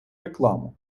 рекламу